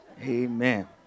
Amen